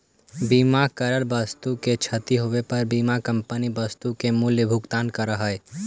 बीमा करल वस्तु के क्षती होवे पर बीमा कंपनी वस्तु के मूल्य भुगतान करऽ हई